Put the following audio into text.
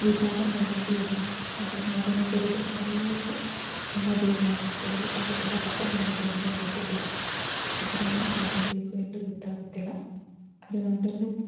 ವಿಭಾಗ ನನ್ನಲ್ಲಿ ಇಲ್ಲ ಆದರೆ ಅದನ್ನು ತೆಗೆದುಕೊಂಡು ತುಂಬ ಬೇ ತೆಗೆದುಕೊಂಡು ತುಂಬ ತಪ್ಪು ಮಾಡಿದೆ ಎಂದು ಅನಿಸುತ್ತಿದೆ ಆದರೆ ಏನು ಮಾಡಬೇಕು ಎಂದು ಗೊತ್ತಾಗುತ್ತಿಲ್ಲ ಅದು ಅದನ್ನು